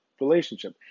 relationship